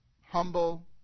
humble